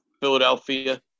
Philadelphia